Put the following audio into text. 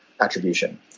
attribution